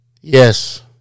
Yes